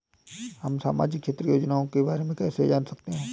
हम सामाजिक क्षेत्र की योजनाओं के बारे में कैसे जान सकते हैं?